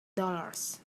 dollars